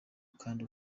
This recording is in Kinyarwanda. kandi